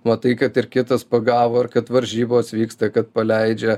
matai kad ir kitas pagavo ir kad varžybos vyksta kad paleidžia